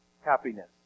Happiness